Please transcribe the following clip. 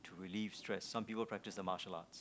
relieves stress some people practise the martial arts